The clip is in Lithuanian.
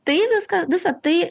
tai viską visa tai